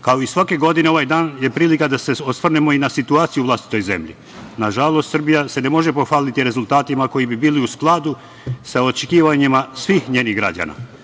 Kao i svake godine, ovaj dan je prilika da se osvrnemo i na situaciju u vlastitoj zemlji. Nažalost, Srbija se ne može pohvaliti rezultatima koji bi bili u skladu sa očekivanjima svih njenih građana. Danas